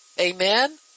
Amen